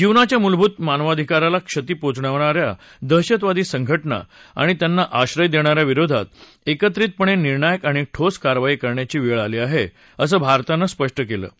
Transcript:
जीवनाच्या मूलभूत मानवाधिकाराला क्षती पोहचवणा या दहशतवादी संघटना आणि त्यांना आश्रय देणा या विरोधात एकत्रितपणे निर्णायक आणि ठोस कारवाई करण्याची वेळ आली आहे असं भारतानं म्हटलं आहे